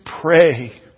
pray